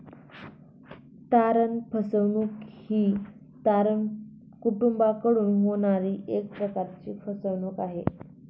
तारण फसवणूक ही तारण कुटूंबाकडून होणारी एक प्रकारची फसवणूक आहे